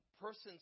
persons